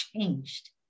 changed